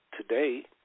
today